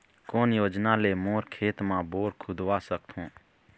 कोन योजना ले मोर खेत मा बोर खुदवा सकथों?